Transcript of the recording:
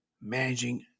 Managing